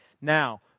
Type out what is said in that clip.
Now